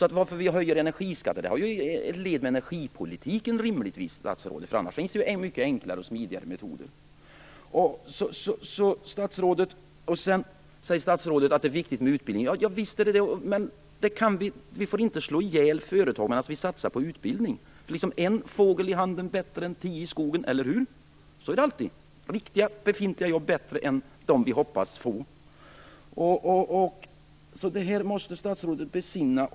Att vi höjer energiskatten är ju rimligtvis ett led i energipolitiken - annars finns det ju mycket enklare och smidigare metoder. Statsrådet säger också att det är viktigt med utbildning. Javisst är det viktigt med utbildning, men vi får inte slå ihjäl företagarna bara för att vi satsar på utbildning. En fågel i handen är bättre än tio i skogen, eller hur? Så är det alltid. Riktiga, befintliga jobb är bättre än de jobb vi hoppas få. Det här måste statsrådet alltså besinna.